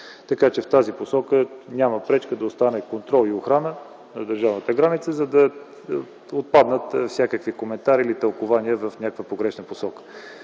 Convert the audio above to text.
Миков.) В тази посока няма пречка да остане „контрол и охрана на държавната граница”, за да отпаднат всякакви коментари или тълкувания в някаква погрешна посока.